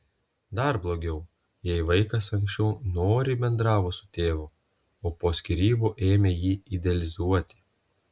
dar blogiau jei vaikas anksčiau noriai bendravo su tėvu o po skyrybų ėmė jį idealizuoti